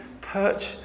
perch